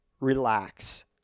relax